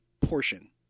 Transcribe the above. portion